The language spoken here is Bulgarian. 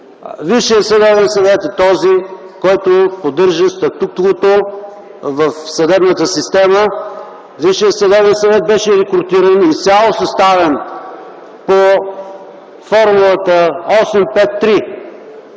Висшият съдебен съвет е този, който поддържа статуквото в съдебната система. Висшият съдебен съвет беше изцяло съставен по формулата 8